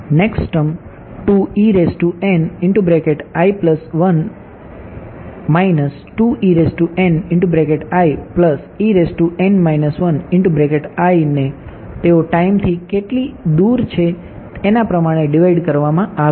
next term ને તેઓ ટાઈમથી કેટલી દૂર છે એના પ્રમાણે ડિવાઈડ કરવામાં આવે